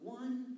one